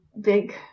big